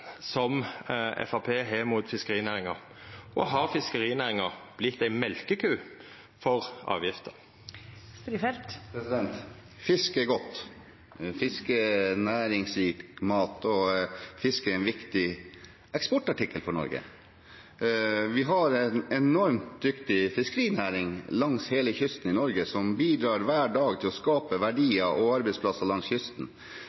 som Framstegspartiet har mot fiskerinæringa? Har fiskerinæringa vorte ei mjølkeku for avgifter? Fisk er godt, fisk er næringsrik mat, og fisk er en viktig eksportartikkel for Norge. Vi har en enormt dyktig fiskerinæring i Norge som hver dag bidrar til å skape verdier og arbeidsplasser langs hele kysten.